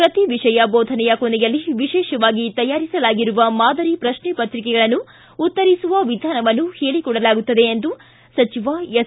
ಪ್ರತಿ ವಿಷಯ ಬೋಧನೆಯ ಕೊನೆಯಲ್ಲಿ ವಿಶೇಷವಾಗಿ ತಯಾರಿಸಲಾಗಿರುವ ಮಾದರಿ ಪ್ರತ್ನೆ ಪ್ರತಿಕೆಗಳನ್ನು ಉತ್ತರಿಸುವ ವಿಧಾನವನ್ನು ಹೇಳಿಕೊಡಲಾಗುತ್ತದೆ ಎಂದು ಸಚಿವ ಎಸ್